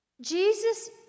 Jesus